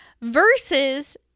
versus